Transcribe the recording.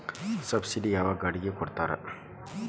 Subsidy ಯಾವ ಗಾಡಿಗೆ ಕೊಡ್ತಾರ?